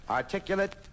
articulate